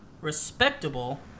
respectable